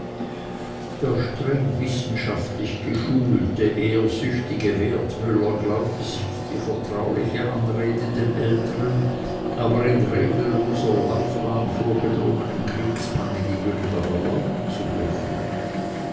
der streng wissenschaftlich geschulte ehrsüchtige wertmüller glaubte sich die vertrauliche anrede dem älteren aber in regelloser laufbahn vorgedrungenen kriegsmanne gegenüber erlauben zu dürfen